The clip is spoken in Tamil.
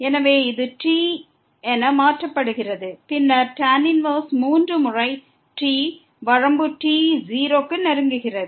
எனவே இது t என மாற்றப்படுகிறது பின்னர் tan 1 மூன்று முறை t வரம்பு t 0 க்கு நெருங்குகிறது